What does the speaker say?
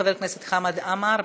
חבר הכנסת חמד עמאר,